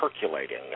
percolating